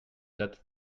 that